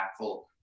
impactful